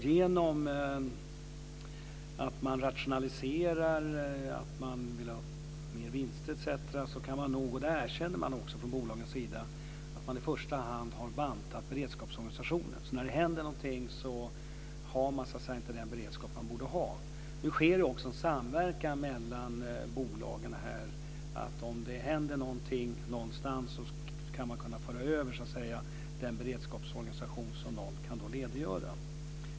Genom att man rationaliserar, genom att man vill ha mer vinster, har det blivit så - det erkänner man också från bolagens sida - att man i första hand har bantat beredskapsorganisationen. Så när det händer någonting har man inte den beredskap man borde ha. Nu sker det också en samverkan mellan bolagen så att man om det händer någonting någonstans ska kunna föra över den beredskapsorganisation som kan lediggöras.